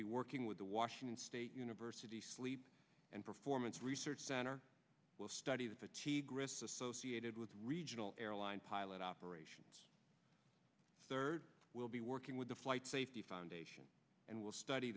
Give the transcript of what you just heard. be working with the washington state university sleep and performance research center will study the fatigue risks associated with regional airline pilot operations third will be working with the flight safety foundation and will study